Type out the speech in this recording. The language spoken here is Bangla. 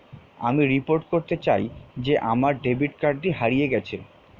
আমি রিপোর্ট করতে চাই যে আমার ডেবিট কার্ডটি হারিয়ে গেছে